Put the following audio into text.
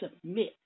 submit